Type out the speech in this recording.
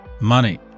Money